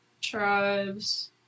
Tribes